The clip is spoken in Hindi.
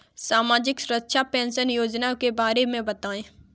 सामाजिक सुरक्षा पेंशन योजना के बारे में बताएँ?